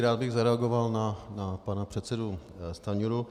Rád bych zareagoval na pana předsedu Stanjuru.